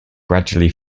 gradually